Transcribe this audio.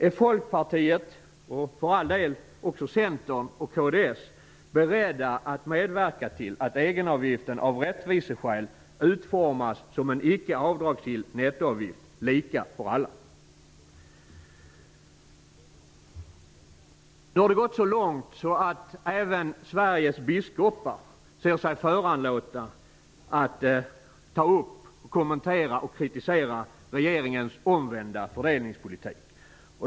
Är Folkpartiet, och för all del också Centern och kds beredda att medverka till att egenavgiften utformas som en icke avdragsgill nettoavgift av rätteviseskäl, lika för alla? Nu har det gått så långt att även Sveriges biskopar ser sig föranlåtna att ta upp, kommentera och kritisera regeringens omvända fördelningspolitik.